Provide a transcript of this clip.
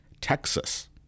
Texas